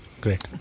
great